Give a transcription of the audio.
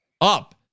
Up